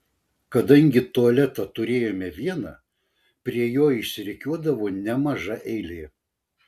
kadangi tualetą turėjome vieną prie jo išsirikiuodavo nemaža eilė